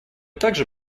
также